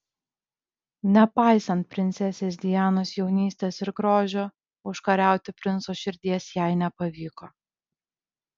nepaisant princesės dianos jaunystės ir grožio užkariauti princo širdies jai nepavyko